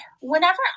whenever